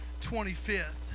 25th